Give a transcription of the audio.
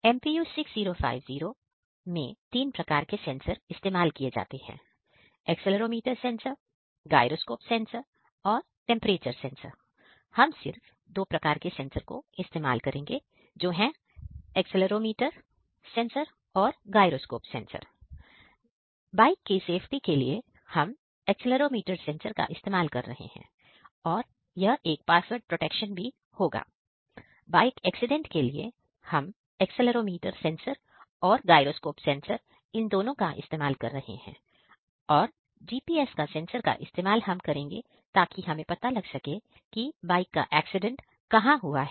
यह NodeMCU 10 है और एकसेलेरोमीटर सेंसर इन दोनों का इस्तेमाल कर रहे हैं और GPS सेंसर का इस्तेमाल करेंगे ताकि हमें पता लग सके कि एक्सीडेंट कहां हुआ है